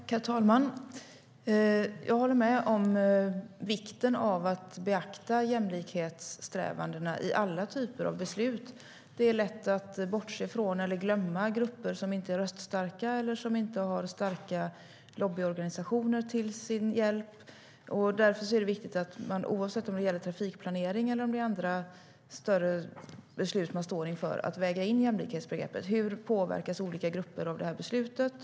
Herr talman! Jag håller med om vikten av att beakta jämlikhetssträvandena i alla typer av beslut. Det är lätt att bortse från eller glömma grupper som inte är röststarka eller som inte har starka lobbyorganisationer till sin hjälp. Därför är det viktigt att väga in jämlikhetsbegreppet oavsett om det gäller trafikplanering eller om det är andra större beslut man står inför. Hur påverkas olika grupper av beslutet?